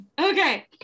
Okay